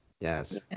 yes